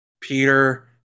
Peter